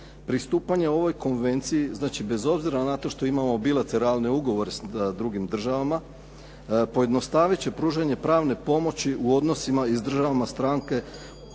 Pristupanje ovoj konvenciji, znači bez obzira na to što imamo bilateralne ugovor sa drugim državama, pojednostavit će pružanje pravne pomoći u odnosima i s državama strankama